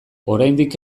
oraindik